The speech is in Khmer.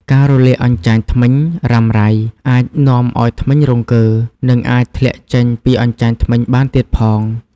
ការរលាកអញ្ចាញធ្មេញរ៉ាំរ៉ៃអាចនាំឱ្យធ្មេញរង្គើ និងអាចធ្លាក់ចេញពីអញ្ចាញធ្មេញបានទៀតផង។